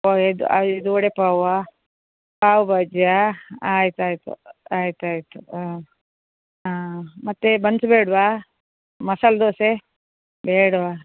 ಐದು ಐದು ವಡೆ ಪಾವಾ ಪಾವ್ ಬಾಜಿಯಾ ಆಯ್ತು ಆಯಿತು ಆಯ್ತು ಆಯಿತು ಹ್ಞೂ ಆ ಮತ್ತು ಬನ್ಸ್ ಬೇಡವಾ ಮಸಾಲ್ ದೋಸೆ ಬೇಡವಾ